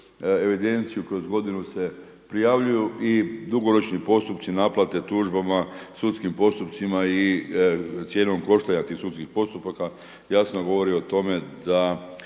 evidenciju kroz godinu se prijavljuju i dugoročni postupci naplate tužbama, sudskim postupcima i cijenom koštanja tih sudskih postupaka. Ja sam govorio o tome da